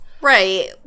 Right